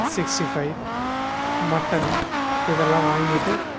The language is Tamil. சிக்ஸ்டி ஃபைவ் மட்டன் இதெல்லாம் வாங்கிட்டு